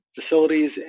facilities